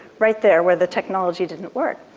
right there, where the technology didn't work.